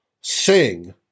sing